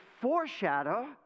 foreshadow